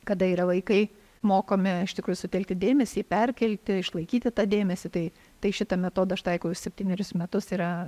kada yra vaikai mokomi iš tikrųjų sutelkti dėmesį jį perkelti išlaikyti tą dėmesį tai tai šitą metodą aš taikau jau septynerius metus yra